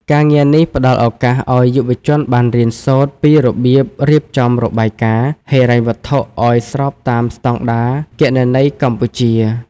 ការងារនេះផ្តល់ឱកាសឱ្យយុវជនបានរៀនសូត្រពីរបៀបរៀបចំរបាយការណ៍ហិរញ្ញវត្ថុឱ្យស្របតាមស្តង់ដារគណនេយ្យកម្ពុជា។